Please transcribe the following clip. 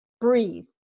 breathe